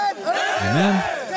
Amen